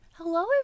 Hello